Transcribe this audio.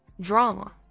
Drama